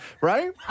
Right